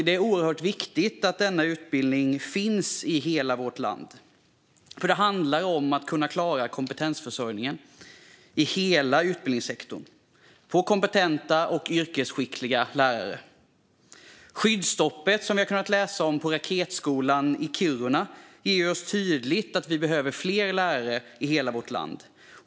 Det är oerhört viktigt att denna utbildning finns i hela vårt land, för det handlar om att kunna klara kompetensförsörjningen i hela utbildningssektorn och få kompetenta och yrkesskickliga lärare. Skyddsstoppet på Raketskolan i Kiruna som vi kunnat läsa om visar tydligt att vi behöver fler lärare i hela vårt land.